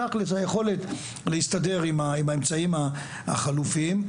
תכל'ס היכולת להסתדר עם האמצעים החלופיים.